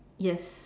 yes